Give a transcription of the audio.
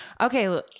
okay